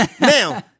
Now